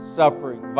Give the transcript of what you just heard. suffering